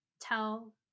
tell